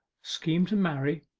scheme to marry?